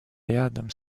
рядом